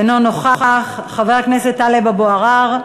אינו נוכח, חבר הכנסת טלב אבו עראר.